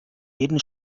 jeden